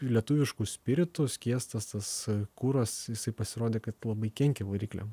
lietuvišku spiritu skiestas tas kuras jisai pasirodė kad labai kenkia varikliam